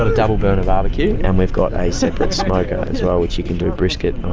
ah double burner barbecue and we've got a separate smoker as well, which you can do brisket on.